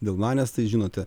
dėl manęs tai žinote